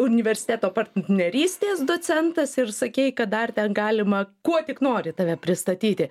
universiteto partnerystės docentas ir sakei kad dar galima kuo tik nori tave pristatyti